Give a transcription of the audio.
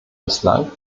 bislang